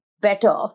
better